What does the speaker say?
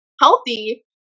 healthy